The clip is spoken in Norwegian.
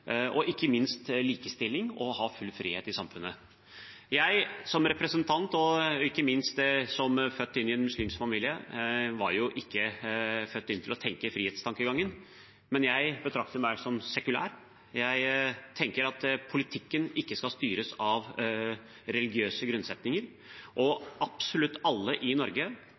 og ikke minst likestilling og å ha full frihet i samfunnet. Som representant for og ikke minst født inn i en muslimsk familie, var jeg ikke født til å tenke frihetstankegangen, men jeg betrakter meg som sekulær. Jeg tenker at politikken ikke skal styres av religiøse grunnsetninger, og absolutt alle i Norge